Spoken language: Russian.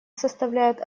составляет